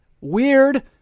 Weird